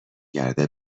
گرده